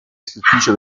scrittrice